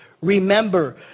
Remember